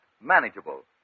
manageable